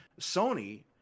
Sony